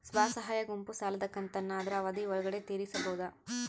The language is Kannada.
ಸ್ವಸಹಾಯ ಗುಂಪು ಸಾಲದ ಕಂತನ್ನ ಆದ್ರ ಅವಧಿ ಒಳ್ಗಡೆ ತೇರಿಸಬೋದ?